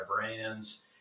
brands